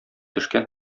төшкән